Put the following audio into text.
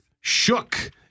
shook